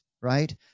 Right